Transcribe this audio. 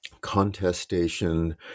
contestation